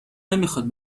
نمیخاد